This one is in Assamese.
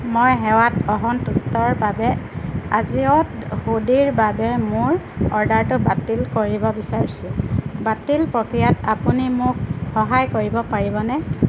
মই সেৱাত অসন্তুষ্টৰ বাবে আজিঅ'ত হুডিৰ বাবে মোৰ অৰ্ডাৰটো বাতিল কৰিব বিচাৰিছোঁ বাতিল প্ৰক্ৰিয়াত আপুনি মোক সহায় কৰিব পাৰিবনে